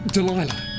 Delilah